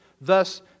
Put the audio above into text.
thus